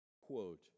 quote